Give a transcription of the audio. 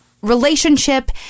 relationship